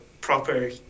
proper